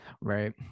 Right